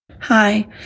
Hi